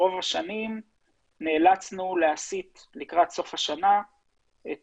רוב השנים נאלצנו להסיט לקראת סוף השנה את